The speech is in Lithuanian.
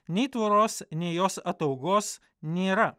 nei tvoros nei jos ataugos nėra